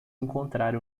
encontrar